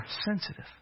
sensitive